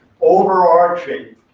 overarching